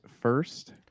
first